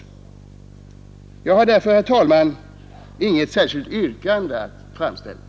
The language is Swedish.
Jag har därför, herr talman, inget särskilt yrkande att framställa.